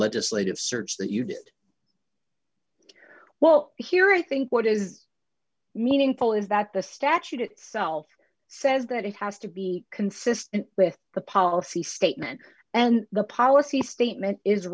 legislative search that you did well here i think what is meaningful is that the statute itself says that it has to be consistent with the policy statement and the policy statement is